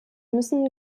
müssen